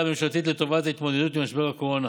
הממשלתית לטובת התמודדות עם משבר הקורונה,